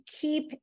keep